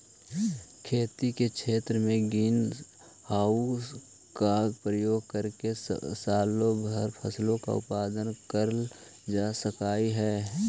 खेती के क्षेत्र में ग्रीन हाउस का प्रयोग करके सालों भर फसलों का उत्पादन करल जा सकलई हे